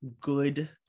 good